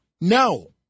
No